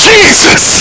Jesus